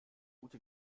ute